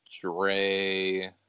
Dre